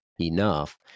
enough